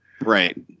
right